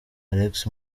alex